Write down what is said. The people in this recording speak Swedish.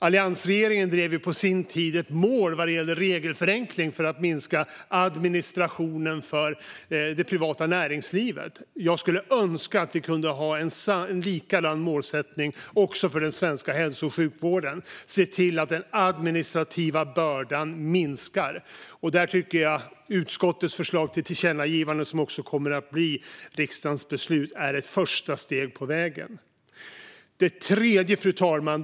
Alliansregeringen hade ju på sin tid ett mål om regelförenkling för att minska administrationen för det privata näringslivet. Jag skulle önska att vi kunde ha en likadan målsättning för den svenska hälso och sjukvården och se till att den administrativa bördan minskar. Jag tycker att utskottets förslag till tillkännagivande, som också kommer att bli riksdagens beslut, är ett första steg på vägen. Fru talman!